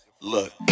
look